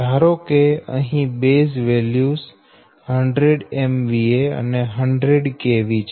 ધારો કે અહી બેઝ વેલ્યુઝ 100 MVA અને 100 kV છે